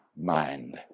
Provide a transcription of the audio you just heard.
mind